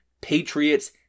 Patriots